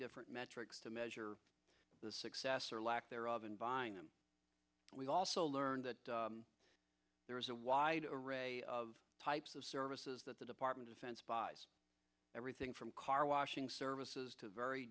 different metrics to measure the success or lack thereof in buying them we also learned that there is a wide array of types of services that the department of defense buys everything from car washing services to very